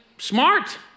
Smart